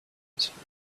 answered